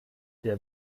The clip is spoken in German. der